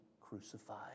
crucified